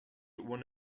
one